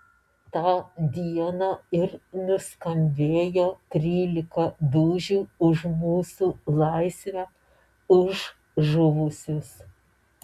tą dieną ir nuskambėjo trylika dūžių už mūsų laisvę už žuvusius